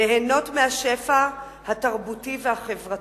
ליהנות מהשפע התרבותי והחברתי,